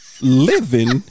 living